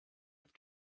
have